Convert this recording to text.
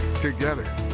Together